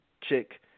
chick